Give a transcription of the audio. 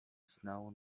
znał